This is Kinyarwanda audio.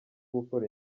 gukora